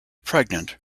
pregnant